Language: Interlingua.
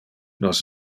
nos